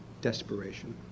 desperation